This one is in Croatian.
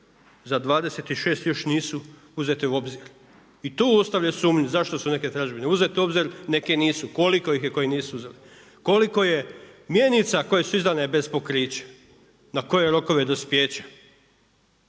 Za 26 još nisu uzeti u obzir. I tu ostavljam sumnju zašto su neke tražbine uzete u obzir, neke nisu. Koliko je mjenica koje su izdane bez pokrića? Na koje rokove dospijeća?